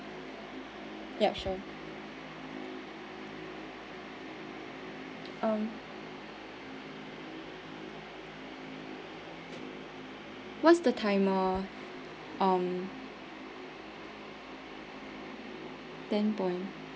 yup sure um what's the timer um ten point